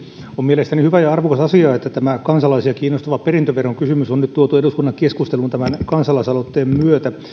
on mielestäni hyvä ja arvokas asia että tämä kansalaisia kiinnostava perintöverokysymys on nyt tuotu eduskunnan keskusteluun tämän kansalaisaloitteen myötä